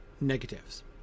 negatives